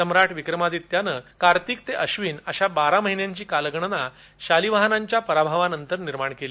सम्राट विक्रमादित्याने कार्तिक ते अधिन अशा बारा महिन्यांची कालगणना शालिवाहनांच्या पराभवानंतर निर्माण केली